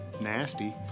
nasty